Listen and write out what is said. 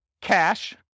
cash